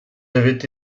avaient